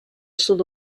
sud